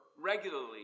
regularly